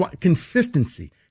consistency